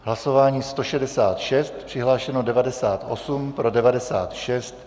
Hlasování 166, přihlášeno 98, pro 96.